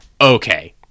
okay